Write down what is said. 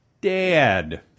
Dad